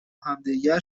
همدیگر